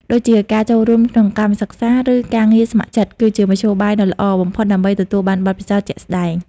ដូចជាការចូលរួមក្នុងកម្មសិក្សា ឬការងារស្ម័គ្រចិត្ត គឺជាមធ្យោបាយដ៏ល្អបំផុតដើម្បីទទួលបានបទពិសោធន៍ជាក់ស្តែង។